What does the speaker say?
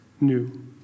new